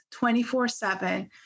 24/7